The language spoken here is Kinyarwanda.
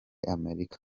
amerika